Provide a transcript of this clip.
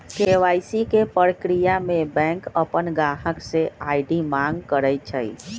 KYC के परक्रिया में बैंक अपन गाहक से आई.डी मांग करई छई